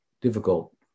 difficult